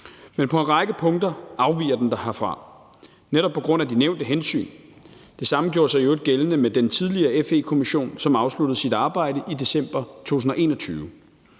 Men på en række punkter afviger den herfra, netop på grund af de nævnte hensyn. Det samme gjorde sig i øvrigt gældende med den tidligere FE-kommission, som afsluttede sit arbejde i december 2021.